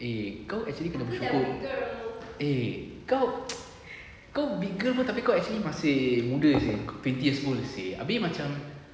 eh kau actually kena bersyukur eh kau kau big girl tapi kau actually masih muda seh twenty years old seh abeh macam